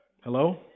Hello